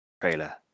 trailer